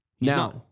Now